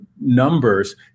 numbers